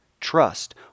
trust